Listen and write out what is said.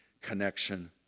connection